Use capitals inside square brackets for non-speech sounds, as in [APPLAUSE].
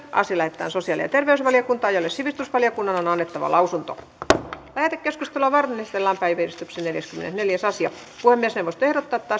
asia lähetetään sosiaali ja terveysvaliokuntaan jolle sivistysvaliokunnan on on annettava lausunto lähetekeskustelua varten esitellään päiväjärjestyksen neljäskymmenesneljäs asia puhemiesneuvosto ehdottaa että [UNINTELLIGIBLE]